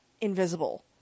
invisible